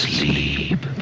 Sleep